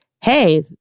Hey